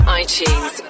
iTunes